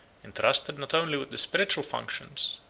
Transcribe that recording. intrusted not only with the spiritual functions,